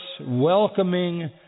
welcoming